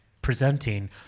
presenting